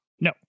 No